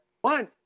one